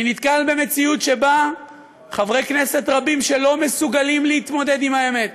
אני נתקל במציאות שחברי כנסת רבים לא מסוגלים להתמודד עם האמת.